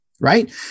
Right